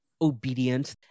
obedient